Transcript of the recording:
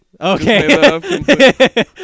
Okay